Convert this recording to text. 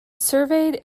surveyed